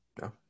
No